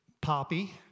Poppy